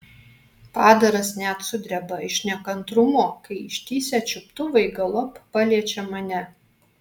padaras net sudreba iš nekantrumo kai ištįsę čiuptuvai galop paliečia mane